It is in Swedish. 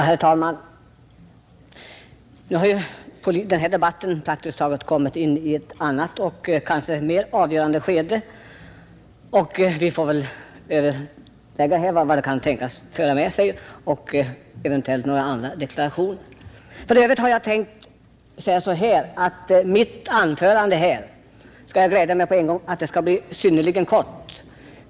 Herr talman! Nu har den här debatten praktiskt taget kommit in i ett annat och kanske avgörande skede. Vi får väl överlägga om vad det kan tänkas föra med sig. Jag skall på en gång glädja åhörarna genom att tala om att mitt anförande kommer att bli synnerligen kort.